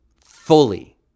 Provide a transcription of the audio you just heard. fully